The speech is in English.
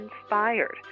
Inspired